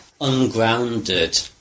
ungrounded